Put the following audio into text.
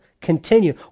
Continue